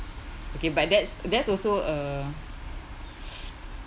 okay but that's that's also uh